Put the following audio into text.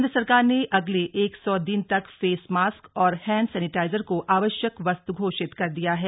केंद्र सरकार ने अगले एक सौ दिन तक फेसमास्क और हैण्ड सैनिटाइजर को आवश्यक वस्तु घोषित कर दिया है